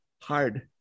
hard